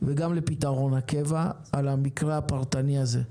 וגם לפתרון הקבע על המקרה הפרטני הזה.